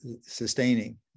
sustaining